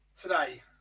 today